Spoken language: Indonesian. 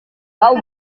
kau